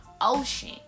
ocean